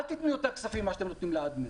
אל תיתנו יותר כספים ממה שאתם לעד מאה.